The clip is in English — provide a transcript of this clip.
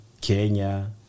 Kenya